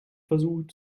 versucht